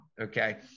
Okay